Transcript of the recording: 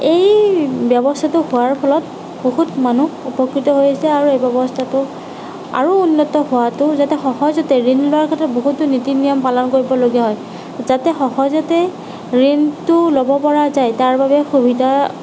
এই ব্য়ৱস্থাটো হোৱাৰ ফলত বহুত মানুহ উপকৃত হৈছে আৰু এই ব্য়ৱস্থাটো আৰু উন্নত হোৱাটো যাতে সহজতে ঋণ লোৱাৰ ক্ষেত্ৰত বহুতো নীতি নিয়ম পালন কৰিব লগা হয় যাতে সহজতে ঋণটো ল'ব পৰা যায় তাৰ বাবে সুবিধা